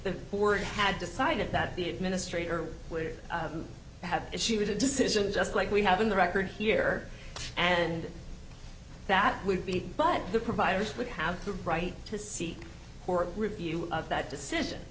the poor had decided that the administrator would have issued a decision just like we have in the record here and that would be but the providers would have the right to seek for a review of that decision